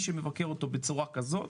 מי שמבקר אותו בצורה כזאת,